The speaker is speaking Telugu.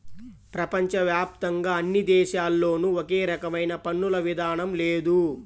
ప్రపంచ వ్యాప్తంగా అన్ని దేశాల్లోనూ ఒకే రకమైన పన్నుల విధానం లేదు